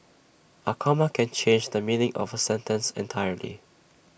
A comma can change the meaning of A sentence entirely